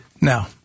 now